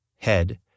head